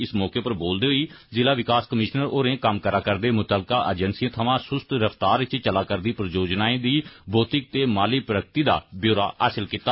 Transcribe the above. इस मौके पर बोलदे होई ज़िला विकास कमीषनर होरें कम्म करा'रदी मुत्तलका अजेंसिएं थमां सुस्त रफ्तार इच चला'रदी परियोजनाएं दी भौतिक ते माली प्रगति दा ब्यौरा हासिल कीता